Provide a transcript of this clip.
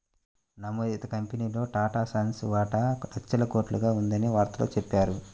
నమోదిత కంపెనీల్లో టాటాసన్స్ వాటా లక్షల కోట్లుగా ఉందని వార్తల్లో చెప్పారు